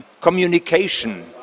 communication